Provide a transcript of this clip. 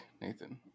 Nathan